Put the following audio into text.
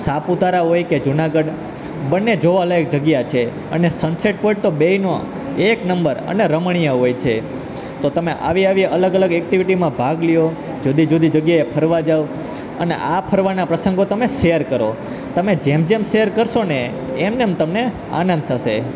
સાપુતારા હોય કે જુનાગઢ બંને જોવાલાયક જગ્યા છે અને સન સેટ પોઈન્ટ તો બેનો બેયનો એક નંબર અને રમણીય હોય છે તો તમે આવી આવી અલગ અલગ એકટીવીટીમાં ભાગ લ્યો જુદી જુદી જગ્યાએ ફરવા જાઓ અને આ ફરવાના પ્રસંગો તમે શેર કરો તમે જેમ જેમ શેર કરશોને એમને એમ તમને આનંદ થશે